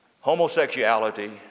homosexuality